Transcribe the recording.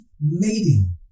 mating